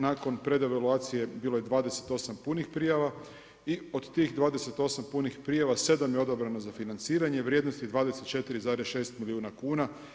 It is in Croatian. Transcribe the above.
Nakon pred evaluacije bilo je 28 punih prijava, i od tih 28 punih prijava, 7 je odabrano za financiranje, u vrijednosti 24,6 milijuna kuna.